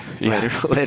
later